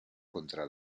contra